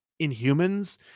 Inhumans